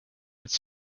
would